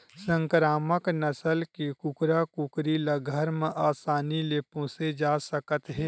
संकरामक नसल के कुकरा कुकरी ल घर म असानी ले पोसे जा सकत हे